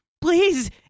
please